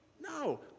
No